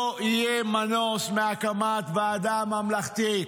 לא יהיה מנוס מהקמת ועדה ממלכתית.